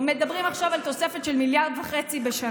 מדברים עכשיו על תוספת של 1.5 מיליארד בשנה,